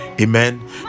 amen